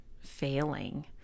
failing